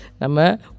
Nama